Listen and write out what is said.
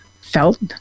felt